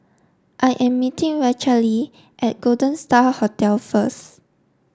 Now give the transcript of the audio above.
I am meeting Rachelle at Golden Star Hotel first